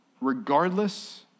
regardless